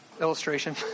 illustration